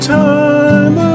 time